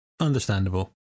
Understandable